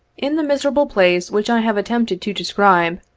in the miserable place which i have attempted to de scribe,